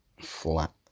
flat